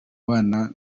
bana